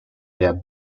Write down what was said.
der